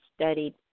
studied